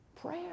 Prayer